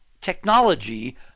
technology